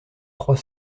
trois